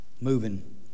moving